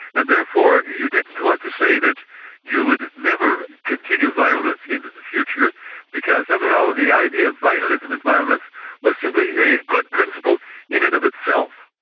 and therefore you didn't want to say that you would never continue violence into the future because somehow the idea of vitalism in violence was simply a good principle in and of itself.